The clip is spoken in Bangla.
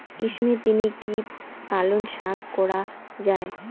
গ্রীষ্মের দিনে কি পালন শাখ করা য়ায়?